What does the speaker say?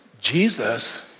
Jesus